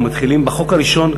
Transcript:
אנחנו מתחילים בחוק הראשון,